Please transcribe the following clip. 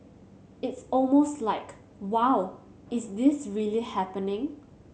it's almost like Wow is this really happening